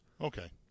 Okay